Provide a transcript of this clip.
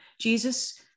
Jesus